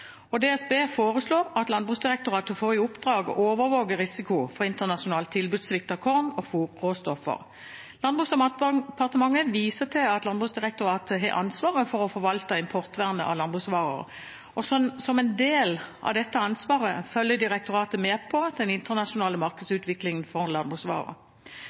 DSB foreslår at Landbruksdirektoratet får i oppdrag å overvåke risikoen for internasjonal tilbudssvikt for korn og fôrråstoffer. Landbruks- og matdepartementet viser til at Landbruksdirektoratet har ansvaret for å forvalte importvernet av landbruksvarer, og som en del av dette ansvaret følger direktoratet med på den internasjonale markedsutviklingen for